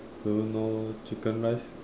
do you know chicken rice